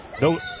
No